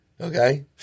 Okay